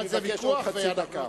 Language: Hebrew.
אני מבקש עוד חצי דקה.